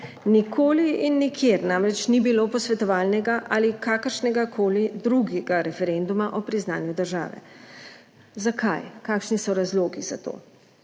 Nikoli in nikjer namreč ni bilo posvetovalnega ali kakršnegakoli drugega referenduma o priznanju države. Zakaj, kakšni so razlogi za to?